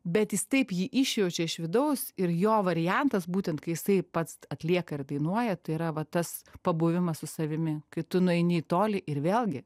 bet jis taip jį išjaučia iš vidaus ir jo variantas būtent kai jisai pats atlieka ir dainuoja tai yra va tas pabuvimas su savimi kai tu nueini į tolį ir vėlgi